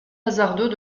hasardeux